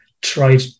tried